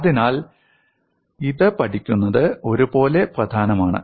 അതിനാൽ ഇത് പഠിക്കുന്നത് ഒരുപോലെ പ്രധാനമാണ്